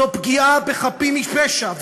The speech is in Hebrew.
זו פגיעה בחפים מפשע,